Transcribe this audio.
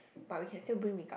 but we can still bring regardless